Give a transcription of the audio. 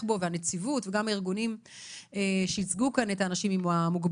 בו וגם הארגונים שייצגו כאן את האנשים עם המוגבלויות,